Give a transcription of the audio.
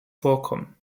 vorkommen